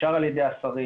אושר על ידי השרים,